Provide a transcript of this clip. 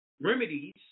remedies